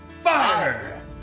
Fire